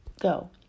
go